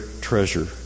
treasure